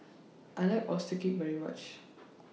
I like Oyster Cake very much